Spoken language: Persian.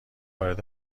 وارد